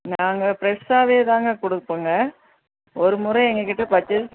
நாங்கள் ஃப்ரெஷ்ஷாகவே தாங்க கொடுப்போங்க ஒரு முறை எங்கள்கிட்ட பர்ச்சேஸ்